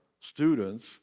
students